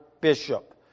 Bishop